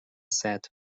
said